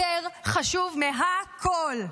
יותר חשוב מהכול.